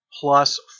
plus